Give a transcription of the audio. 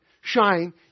shine